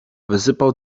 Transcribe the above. wysypał